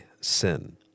sin